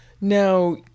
Now